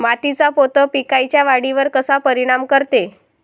मातीचा पोत पिकाईच्या वाढीवर कसा परिनाम करते?